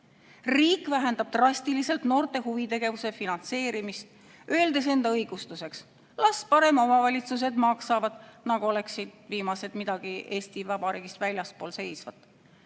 Riik vähendab drastiliselt noorte huvitegevuse finantseerimist, öeldes enda õigustuseks, et las parem omavalitsused maksavad. Nagu oleksid viimased midagi Eesti Vabariigist väljaspool seisvat.